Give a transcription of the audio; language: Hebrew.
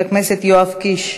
חבר הכנסת יואב קיש,